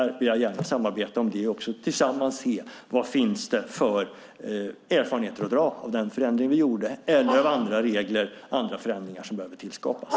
Där vill jag gärna samarbeta och tillsammans se vad det finns för erfarenheter att dra av den förändring vi gjorde eller om det finns andra förändringar som måste tillskapas.